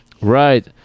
Right